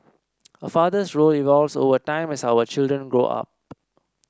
a father's role evolves over time as our children grow up